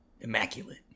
immaculate